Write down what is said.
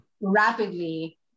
rapidly